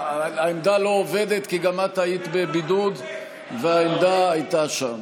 העמדה לא עובדת כי גם את היית בבידוד והעמדה הייתה שם,